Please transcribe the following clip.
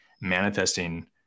manifesting